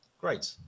great